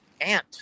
ant